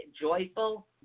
joyful